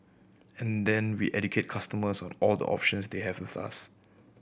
and then we educate customers on all the options they have with us